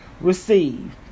receive